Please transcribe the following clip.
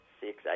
Six